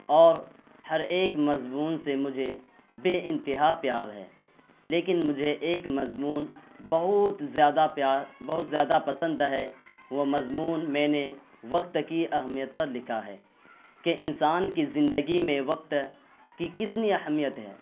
اور ہر ایک مضمون سے مجھے بے انتہا پیار ہے لیکن مجھے ایک مضمون بہت زیادہ پیار بہت زیادہ پسند ہے وہ مضمون میں نے وقت کی اہمیت پر لکھا ہے کہ انسان کی زندگی میں وقت کی کتنی اہمیت ہے